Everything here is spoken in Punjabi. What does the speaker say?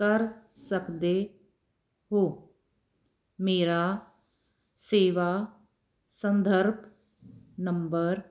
ਕਰ ਸਕਦੇ ਹੋ ਮੇਰਾ ਸੇਵਾ ਸੰਦਰਭ ਨੰਬਰ